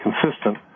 consistent